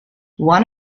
one